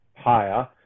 higher